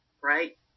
right